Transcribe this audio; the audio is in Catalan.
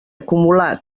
acumular